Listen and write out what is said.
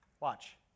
Watch